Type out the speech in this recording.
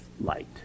light